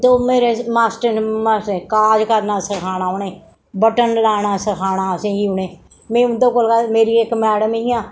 तो मेरे मास्टर मास्टरेयानिया काज करना सखाना उनें बटन लाना सखाना असेंगी उनें मीं उं'दे कोला मेरी इक मैडम हियां